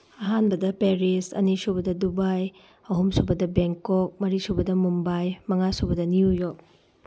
ꯑꯍꯥꯟꯕꯗ ꯄꯦꯔꯤꯁ ꯑꯅꯤꯁꯨꯕꯗ ꯗꯨꯕꯥꯏ ꯑꯍꯨꯝꯁꯨꯕꯗ ꯕꯦꯡꯀꯣꯛ ꯃꯔꯤꯁꯨꯕꯗ ꯃꯨꯝꯕꯥꯏ ꯃꯉꯥꯁꯨꯕꯗ ꯅ꯭ꯌꯨ ꯌꯣꯛ